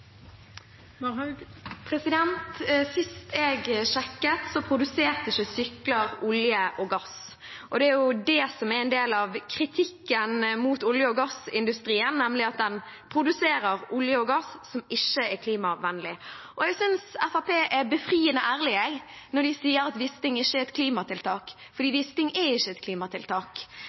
det som er en del av kritikken mot olje- og gassindustrien, nemlig at den produserer olje og gass, som ikke er klimavennlig. Jeg synes Fremskrittspartiet er befriende ærlig når de sier at Wisting-feltet ikke er et klimatiltak, for Wisting-feltet er ikke et klimatiltak.